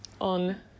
on